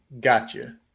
Gotcha